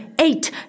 eight